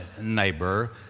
neighbor